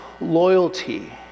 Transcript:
loyalty